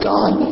God